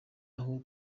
aho